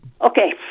Okay